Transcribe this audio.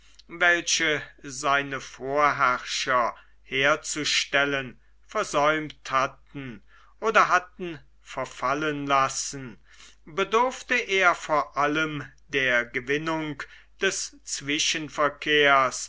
welche seine vorherrschen herzustellen versäumt hatten oder hatten verfallen lassen bedurfte er vor allem der gewinnung des